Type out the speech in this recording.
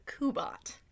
Kubot